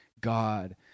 God